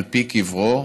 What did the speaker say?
על פי קברו,